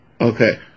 Okay